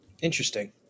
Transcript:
Interesting